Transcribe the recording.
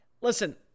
Listen